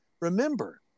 remember